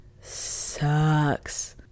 sucks